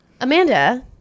Amanda